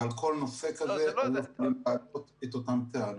ועל כל נושא כזה היינו יכולים להעלות את אותן טענות.